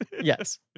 Yes